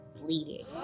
bleeding